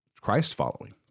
Christ-following